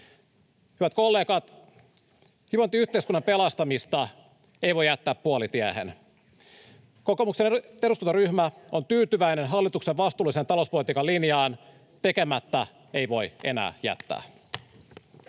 Hyvät kollegat, hyvinvointiyhteiskunnan pelastamista ei voi jättää puolitiehen. Kokoomuksen eduskuntaryhmä on tyytyväinen hallituksen vastuulliseen talouspolitiikan linjaan. Tekemättä ei voi enää jättää.